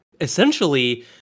essentially